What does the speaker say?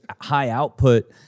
high-output